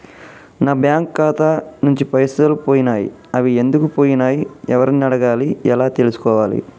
నా బ్యాంకు ఖాతా నుంచి పైసలు పోయినయ్ అవి ఎందుకు పోయినయ్ ఎవరిని అడగాలి ఎలా తెలుసుకోవాలి?